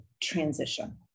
transition